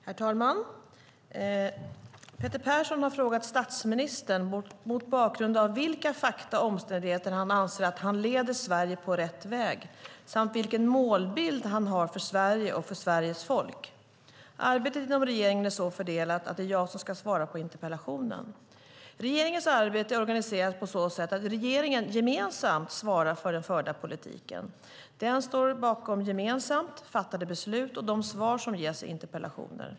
Herr talman! Peter Persson har frågat statsministern mot bakgrund av vilka fakta och omständigheter han anser att han leder Sverige på rätt väg samt vilken målbild han har för Sverige och Sveriges folk. Arbetet inom regeringen är så fördelat att det är jag som ska svara på interpellationen. Regeringens arbete är organiserat på så sätt att regeringen gemensamt svarar för den förda politiken. Den står gemensamt bakom fattade beslut och de svar som ges på interpellationer.